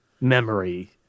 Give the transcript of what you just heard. memory